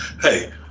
hey